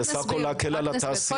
בסך הכול להקל על התעשייה.